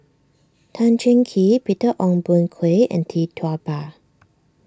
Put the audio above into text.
Tan Cheng Kee Peter Ong Boon Kwee and Tee Tua Ba